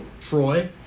Troy